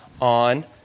on